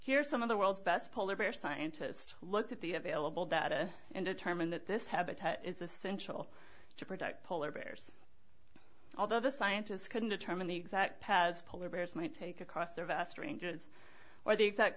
here's some of the world's best polar bear scientists looked at the available data and determine that this habitat is essential to protect polar bears although the scientists couldn't determine the exact path as polar bears might take across their vast ranges are the exact